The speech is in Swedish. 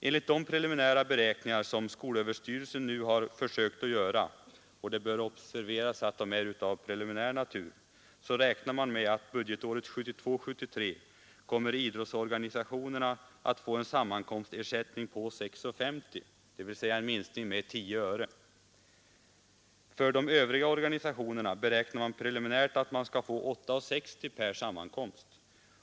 Enligt de preliminära beräkningar som skolöverstyrelsen nu har försökt göra — och det bör observeras att de är av preliminär natur — kommer idrottsorganisationerna budgetåret 1972/73 att få en sammankomstersättning på ca 6:50, dvs. en minskning med ca 10 öre per sammankomst. För de övriga organisationerna beräknar man preliminärt ca 8:60 per sammankomst.